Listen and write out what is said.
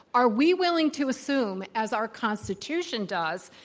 are we willing to assume, as our constitution does,